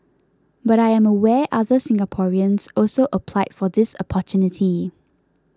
but I am aware other Singaporeans also applied for this opportunity